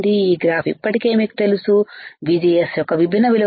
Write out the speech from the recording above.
ఈ గ్రాఫ్ ఇప్పటికే మీకు తెలుసు VGSయొక్క విభిన్న విలువలకు